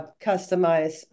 customize